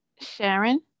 Sharon